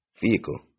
Vehicle